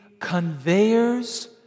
conveyors